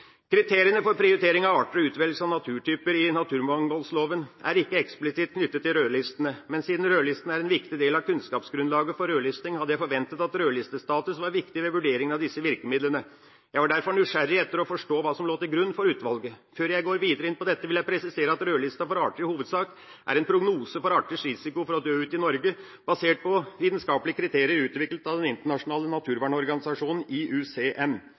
Kriteriene for prioritering av arter og utvelgelse av naturtyper i naturmangfoldloven er ikke eksplisitt knyttet til rødlistene, men siden rødlistene er en viktig del av kunnskapsgrunnlaget for rødlisting, hadde jeg forventet at rødlistestatus var viktig ved vurderingen av disse virkemidlene. Jeg var derfor nysgjerrig på å forstå hva som lå til grunn for utvalget. Før jeg går videre inn på dette, vil jeg presisere at rødlista for arter i hovedsak er en prognose for arters risiko for å dø ut i Norge, basert på vitenskapelige kriterier utviklet av Den internasjonale naturvernorganisasjonen